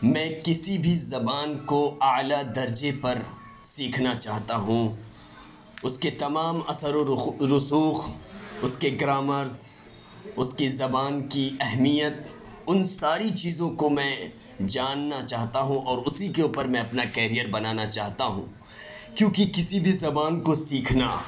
میں کسی بھی زبان کو اعلیٰ درجہ پر سیکھنا چاہتا ہوں اس کے تمام اثر و رسوخ اس کے گرامرس اس کی زبان کی اہمیت ان ساری چیزوں کو میں جاننا چاہتا ہوں اور اسی کے اوپر میں اپنا کیریر بنانا چاہتا ہوں کیونکہ کسی بھی زبان کو سیکھنا